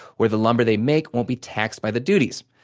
where the lumber they make won't be taxed by the duties.